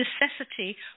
necessity